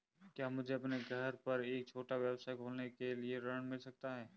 क्या मुझे अपने घर पर एक छोटा व्यवसाय खोलने के लिए ऋण मिल सकता है?